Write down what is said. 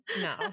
No